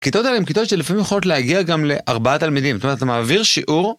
הכיתות האלה הן כיתות שלפעמים יכולות להגיע גם לארבעה תלמידים, זאת אומרת אתה מעביר שיעור.